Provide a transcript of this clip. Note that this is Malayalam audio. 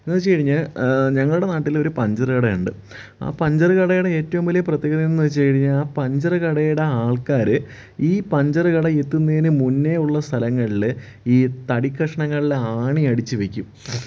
എന്ന് വെച്ച് കഴിഞ്ഞാൽ ഞങ്ങളുടെ നാട്ടിൽ ഒരു പഞ്ചർ കട ഉണ്ട് ആ പഞ്ചർ കടയുടെ ഏറ്റവും വലിയ പ്രത്യകത എന്തെന്ന് വെച്ചുകഴിഞ്ഞാൽ ആ പഞ്ചർ കടയുടെ ആൾക്കാറ് ഈ പഞ്ചർ കട എത്തുന്നതിന് മുന്നേ ഉള്ള സ്ഥലങ്ങളിൽ ഈ തടി കഷ്ണങ്ങളിൽ ആണി അടിച്ച് വയ്ക്കും